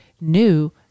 new